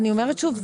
אני אומרת שוב,